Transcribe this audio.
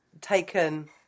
taken